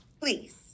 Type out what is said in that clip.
Please